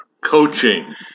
coaching